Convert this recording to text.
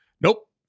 Nope